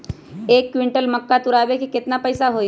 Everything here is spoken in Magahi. एक क्विंटल मक्का तुरावे के केतना पैसा होई?